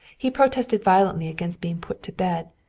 he protested violently against being put to bed,